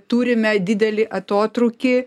turime didelį atotrūkį